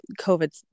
COVID